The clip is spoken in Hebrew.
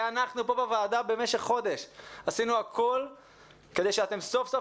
והרי אנחנו כאן בוועדה במשך חודש עשינו הכול כדי שאתם סוף סוף